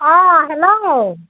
অঁ হেল্ল'